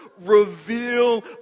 reveal